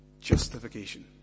Justification